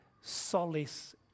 solace